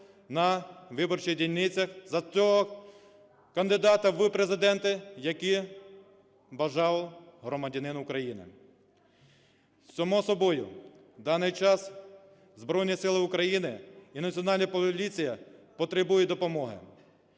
на виборчих дільницях за того кандидата в Президенти, якого бажав громадянин України. Само собою, в даний час Збройні Сили України і Національна поліція потребує допомоги,